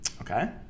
Okay